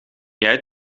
jij